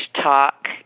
talk